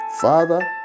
Father